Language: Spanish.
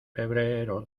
febrero